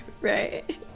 Right